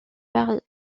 paris